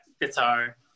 guitar